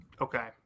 Okay